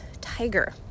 tiger